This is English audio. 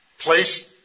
place